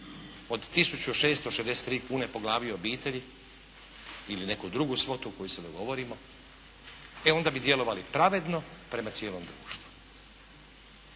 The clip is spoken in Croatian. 663 kune po glavi obitelji ili neku drugu svotu koju se govorimo e onda bi djelovali pravedno prema cijeloj društvo.